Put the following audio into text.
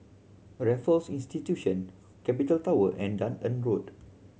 Raffles Institution Capital Tower and Dunearn Road